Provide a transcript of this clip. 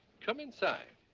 come inside.